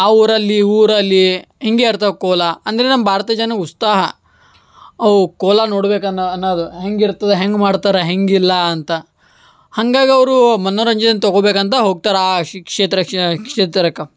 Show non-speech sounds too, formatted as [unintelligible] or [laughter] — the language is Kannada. ಆ ಊರಲ್ಲಿ ಈ ಊರಲ್ಲಿ ಹೀಗೆ ಇರ್ತವೆ ಕೋಲ ಅಂದರೆ ನಮ್ಮ ಭಾರತ ಜನ ಉತ್ಸಾಹ ಅವು ಕೋಲ ನೋಡ್ಬೇಕು ಅನ್ನೋ ಅನ್ನೋದು ಹೆಂಗಿರ್ತದೆ ಹೆಂಗೆ ಮಾಡ್ತಾರ ಹೆಂಗೆ ಇಲ್ಲ ಅಂತ ಹಂಗಾಗಿ ಅವರು ಮನೋರಂಜನೆ ತಗೊಬೇಕಂತ ಹೋಗ್ತಾರೆ ಆ [unintelligible] ಕ್ಷೇತ್ರ ಕ್ಷೇತ್ರಕ್ಕೆ